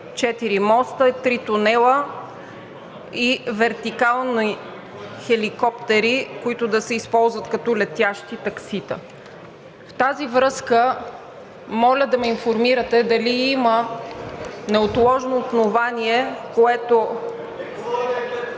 моста, три тунела и вертикални хеликоптери, които да се използват като летящи таксита. В тази връзка моля да ме информирате дали има неотложно неоснование, което…